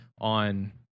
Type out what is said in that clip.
on